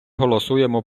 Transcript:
голосуємо